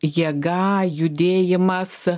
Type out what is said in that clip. jėga judėjimas